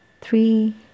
three